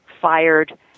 fired